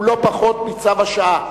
הוא לא פחות מצו השעה,